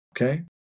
Okay